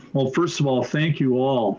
well, first of all, thank you all